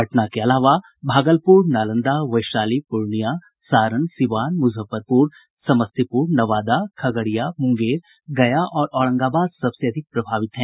पटना के अलावा भागलपुर नालंदा वैशाली पूर्णिया सारण सीवान मुजफ्फरपुर समस्तीपुर नवादा खगड़िया मुंगेर गया और औरंगाबाद सबसे अधिक प्रभावित है